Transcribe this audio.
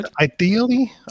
ideally